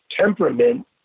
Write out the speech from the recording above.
temperament